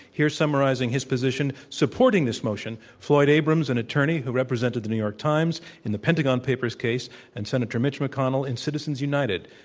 here summarizing his position supporting this motion, floyd abrams, an attorney who represented the new york times in the pentagon papers case and senator mitch mcconnell in citizens united.